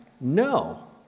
no